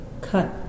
cut